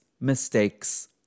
mistakes